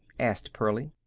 asked pearlie.